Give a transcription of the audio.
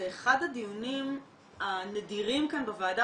זה אחד הדיונים הנדירים כאן בוועדה,